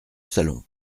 salon